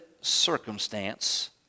circumstance